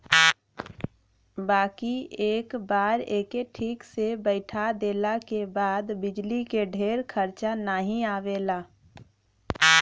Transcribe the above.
बाकी एक बार एके ठीक से बैइठा देले के बाद बिजली के ढेर खरचा नाही आवला